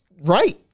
right